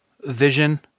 vision